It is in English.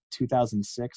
2006